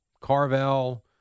Carvel